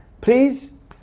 Please